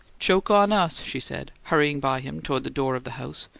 joke on us! she said, hurrying by him toward the door of the house.